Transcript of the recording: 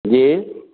जी